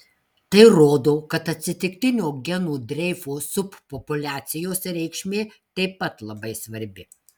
tai rodo kad atsitiktinio genų dreifo subpopuliacijose reikšmė taip pat labai svarbi